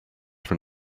from